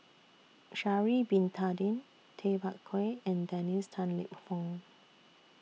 Sha'Ari Bin Tadin Tay Bak Koi and Dennis Tan Lip Fong